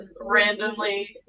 randomly